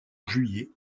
juillet